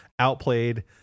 Outplayed